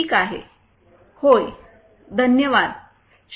ठीक आहे होय धन्यवाद श्री